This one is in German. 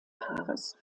paares